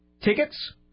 Tickets